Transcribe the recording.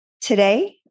Today